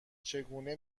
چگونه